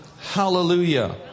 Hallelujah